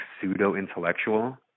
pseudo-intellectual